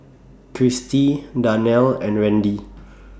Cristi Darnell and Randy